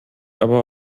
aber